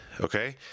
Okay